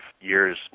years